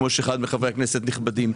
כמו שאמר אחד מחברי הכנסת הנכבדים.